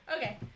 okay